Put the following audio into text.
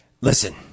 listen